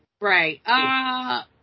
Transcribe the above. right